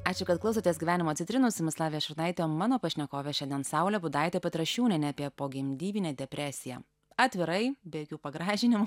ačiū kad klausotės gyvenimo citrinų su jumis lavija šurnaitė mano pašnekovė šiandien saulė budaitė petrašiūnienė apie pogimdyminę depresiją atvirai be jokių pagražinimų